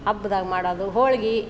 ಹಬ್ದಾಗ ಮಾಡೋದು ಹೋಳಿಗೆ